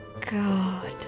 God